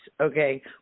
okay